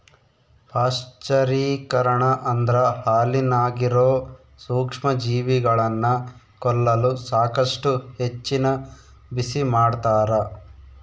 ಪಾಶ್ಚರೀಕರಣ ಅಂದ್ರ ಹಾಲಿನಾಗಿರೋ ಸೂಕ್ಷ್ಮಜೀವಿಗಳನ್ನ ಕೊಲ್ಲಲು ಸಾಕಷ್ಟು ಹೆಚ್ಚಿನ ಬಿಸಿಮಾಡ್ತಾರ